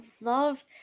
love